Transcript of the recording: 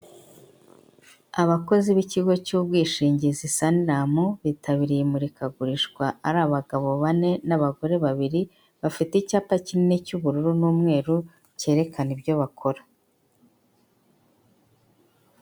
Abakozi b'ikigo cy'ubwishingizi suniramu' bitabiriye imurikagurisha ari abagabo bane n'abagore babiri, bafite icyapa kinini cy'ubururu n'umweru kerekana ibyo bakora.